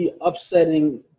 upsetting